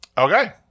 Okay